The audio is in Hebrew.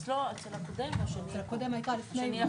אצל הקודם, וגם אצל השני.